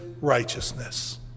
righteousness